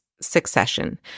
succession